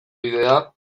bidea